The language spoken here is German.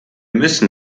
müssen